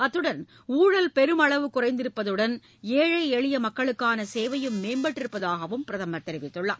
அத்துடன் ஊழல் பெருமளவு குறைந்திருப்பதுடன் ஏழை எளிய மக்களுக்கான சேவையும் மேம்பட்டிருப்பதாக பிரதமர் தெரிவித்துள்ளார்